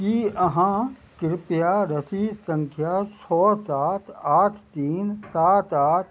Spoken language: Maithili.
की अहाँ कृपया रसीद संख्या छओ सात आठ तीन सात आठ